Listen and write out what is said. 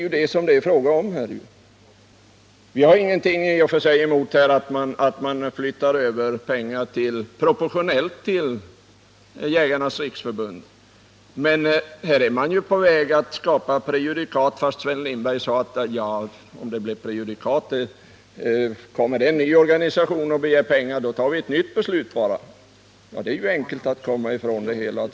Vi har i och för sig ingenting emot att man proportionellt flyttar över pengar till Jägarnas riksförbund. Men här är man på väg att skapa prejudikat — även om Sven Lindberg sade att det inte blir något prejudikat, för om det kommer en ny organisation och begär pengar tar vi ett nytt beslut. Det är ju ett enkelt sätt att komma ifrån det hela.